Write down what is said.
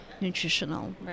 nutritional